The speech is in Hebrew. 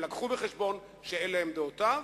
הם לקחו בחשבון שאלה הן דעותיו,